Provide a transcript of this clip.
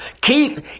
keith